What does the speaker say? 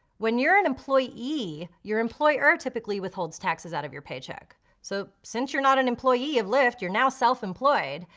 when you're an employee your employer typically withholds taxes out of your paycheck. so since you're not an employee of lyft, you're now self employed,